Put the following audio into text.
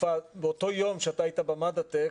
באותו יום שאתה היית במדעטק,